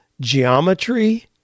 geometry